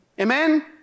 Amen